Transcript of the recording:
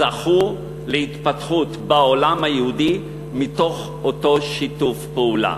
זכו להתפתחות בעולם היהודי מתוך אותו שיתוף פעולה.